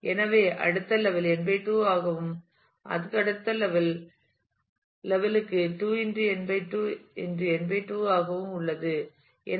எனவே அடுத்த level n 2 ஆகவும் அடுத்த லெவல் க்கு 2 n 2 n 2 ஆகவும் உள்ளது